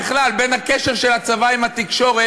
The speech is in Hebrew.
בכלל בין הקשר של הצבא עם התקשורת,